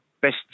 best